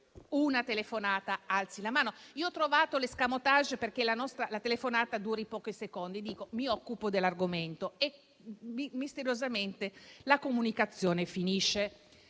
una telefonata alzi la mano. Io ho trovato l'*escamotage* perché la telefonata duri pochi secondi: dico che mi occupo dell'argomento e misteriosamente la comunicazione finisce.